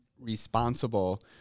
responsible